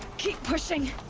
keep pushing!